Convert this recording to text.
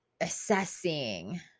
assessing